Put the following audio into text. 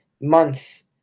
months